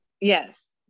Yes